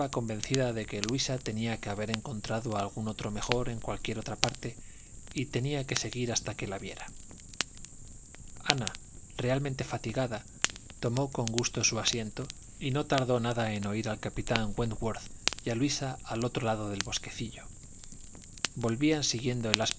convencida de que luisa tenía que haber encontrado algún otro mejor en cualquier otra parte y tenía que seguir hasta que la viera ama realmente fatigada tomó con gusto su asiento y no tardó nada en oír al capitán wentworth y a luisa al otro lado del bosquecillp volvían siguiendo el